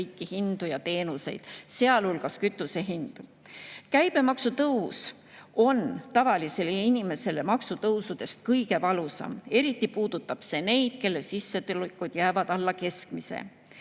kõiki hindu ja teenuseid, sealhulgas kütuse hinda. Käibemaksu tõus on tavalisele inimesele maksutõusudest kõige valusam. Eriti puudutab see neid, kelle sissetulekud jäävad alla keskmise.